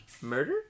murder